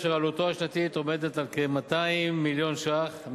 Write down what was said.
אשר עלותו השנתית עומדת על כ-200 מיליון שקלים,